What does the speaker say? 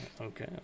okay